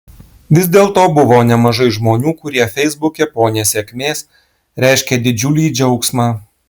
vis dėlto buvo nemažai žmonių kurie feisbuke po nesėkmės reiškė didžiulį džiaugsmą